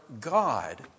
God